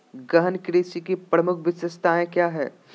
गहन कृषि की प्रमुख विशेषताएं क्या है?